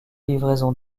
livraison